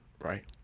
right